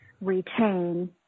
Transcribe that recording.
retain